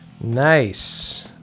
Nice